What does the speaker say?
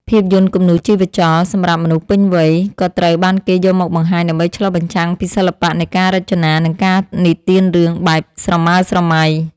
ភាពយន្តគំនូរជីវចល សម្រាប់មនុស្សពេញវ័យ ក៏ត្រូវបានគេយកមកបង្ហាញដើម្បីឆ្លុះបញ្ចាំងពីសិល្បៈនៃការរចនា និងការនិទានរឿងបែបស្រមើស្រមៃ។